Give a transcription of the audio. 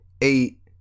eight